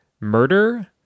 murder